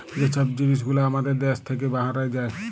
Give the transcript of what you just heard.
যে ছব জিলিস গুলা আমাদের দ্যাশ থ্যাইকে বাহরাঁয় যায়